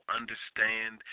understand